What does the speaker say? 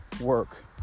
work